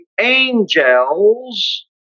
angels